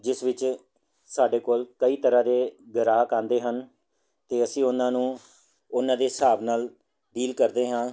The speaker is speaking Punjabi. ਜਿਸ ਵਿੱਚ ਸਾਡੇ ਕੋਲ ਕਈ ਤਰ੍ਹਾਂ ਦੇ ਗਾਹਕ ਆਉਂਦੇ ਹਨ ਅਤੇ ਅਸੀਂ ਉਹਨਾਂ ਨੂੰ ਉਹਨਾਂ ਦੇ ਹਿਸਾਬ ਨਾਲ ਡੀਲ ਕਰਦੇ ਹਾਂ